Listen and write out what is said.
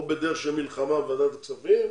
או בדרך של מלחמה בוועדת הכספים,